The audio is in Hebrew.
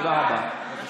תודה רבה.